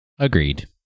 Agreed